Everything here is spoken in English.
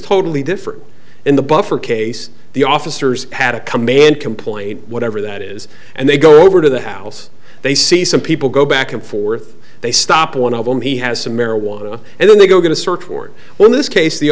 totally different in the buffer case the officers had a command complaint whatever that is and they go over to the house they see some people go back and forth they stop one of them he has some marijuana and then they go going to search for it well in this case the